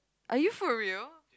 are you for real